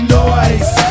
noise